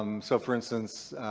um so for instance,